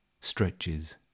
stretches